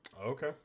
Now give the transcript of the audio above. Okay